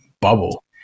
bubble